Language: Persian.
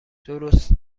درست